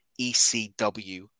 ECW